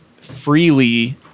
freely